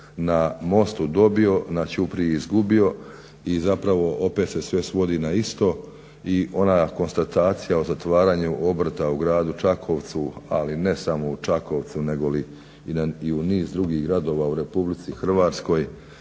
na mostu dobio, na ćupriji izgubio. I zapravo opet se sve svodi na isto. I ona konstatacija o zatvaranju obrta u gradu Čakovcu, ali ne samo u Čakovcu nego li i u niz drugih gradova u Republici Hrvatskoj